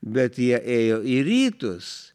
bet jie ėjo į rytus